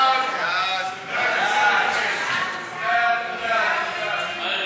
ההצעה להעביר את